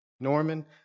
Norman